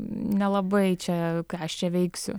nelabai čia ką aš čia veiksiu